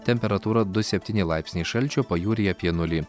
temperatūra du septyni laipsniai šalčio pajūryje apie nulį